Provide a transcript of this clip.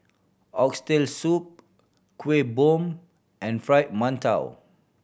Oxtail Soup Kuih Bom and Fried Mantou